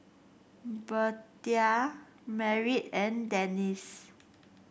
Birtha Merritt and Denise